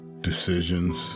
Decisions